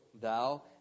thou